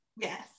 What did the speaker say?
Yes